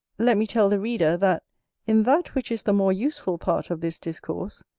let me tell the reader, that in that which is the more useful part of this discourse,